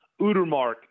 Udermark